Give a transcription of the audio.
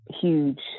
huge